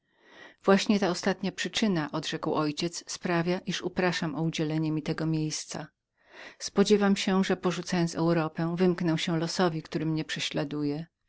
skale ta to ostatnia przyczyna odrzekł mój ojciec powoduję mną iż upraszam jwpana o udzielenie mi tego miejsca spodziewam się że porzucając europę wymknę się losowi który mnie prześladuje